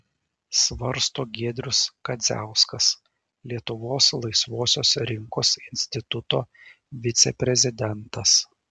svarsto giedrius kadziauskas lietuvos laisvosios rinkos instituto viceprezidentas